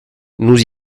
nous